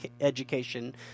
education